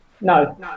No